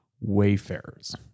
Wayfarers